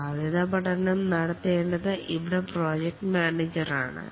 സാധ്യതാ പഠനം നടത്തേണ്ടത് ഇവിടെ പ്രോജക്റ്റ് മാനേജർ ആണ്